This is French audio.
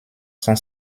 sont